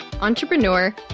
entrepreneur